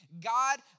God